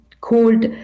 called